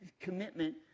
commitment